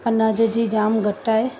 अनाज जी जाम घटि आहे